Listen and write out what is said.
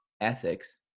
ethics